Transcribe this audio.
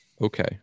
okay